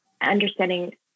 understanding